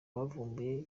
bavumbuye